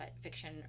fiction